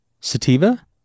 Sativa